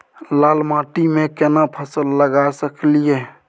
लाल माटी में केना फसल लगा सकलिए?